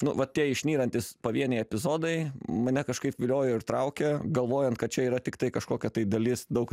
nu va tie išnyrantys pavieniai epizodai mane kažkaip viliojo ir traukė galvojant kad čia yra tiktai kažkokia tai dalis daug